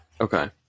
Okay